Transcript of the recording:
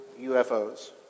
UFOs